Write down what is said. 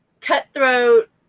cutthroat